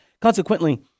Consequently